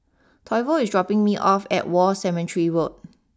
Toivo is dropping me off at War Cemetery Road